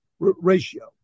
ratio